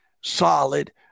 solid